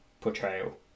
portrayal